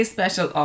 Special